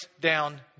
down